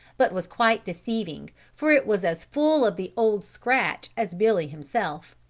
but was quite deceiving for it was as full of the old scratch as billy himself.